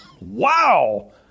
wow